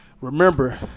remember